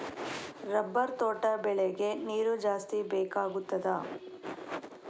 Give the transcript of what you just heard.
Rubber ತೋಟ ಬೆಳೆಗೆ ನೀರು ಜಾಸ್ತಿ ಬೇಕಾಗುತ್ತದಾ?